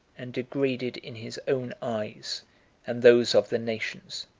and degraded in his own eyes and those of the nations!